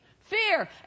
fear